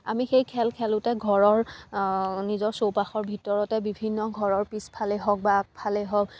আমি সেই খেল খেলোঁতে ঘৰৰ নিজৰ চৌপাশৰ ভিতৰতে বিভিন্ন ঘৰৰ পিছফালে হওক বা আগফালে হওক